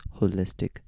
holistic